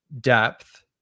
depth